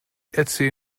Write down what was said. erzähl